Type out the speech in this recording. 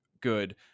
good